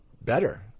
better